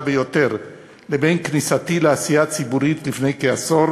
ויותר לבין כניסתי לעשייה הציבורית לפני כעשור